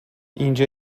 اینجا